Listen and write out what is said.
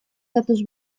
datoz